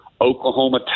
oklahoma